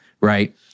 right